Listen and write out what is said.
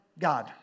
God